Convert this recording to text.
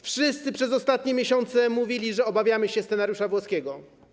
Wszyscy przez ostatnie miesiące mówili, że obawiamy się scenariusza włoskiego.